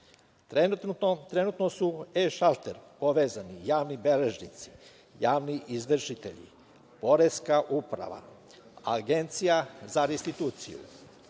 katastar. Trenutno su e-šalterom povezani javni beležnici, javni izvršitelji, poreska uprava, Agencija za restituciju,